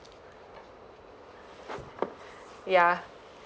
yeah